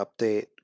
update